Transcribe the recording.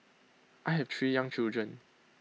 I have three young children